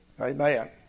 Amen